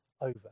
over